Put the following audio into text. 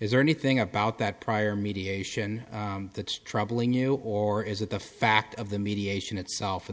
is there anything about that prior mediation that's troubling you or is it the fact of the mediation itself in the